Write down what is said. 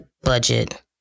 budget